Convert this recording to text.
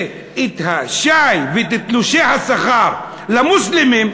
שאת השי ואת תלושי השכר למוסלמים,